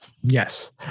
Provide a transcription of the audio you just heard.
Yes